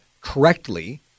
correctly